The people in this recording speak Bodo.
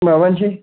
माबानिसै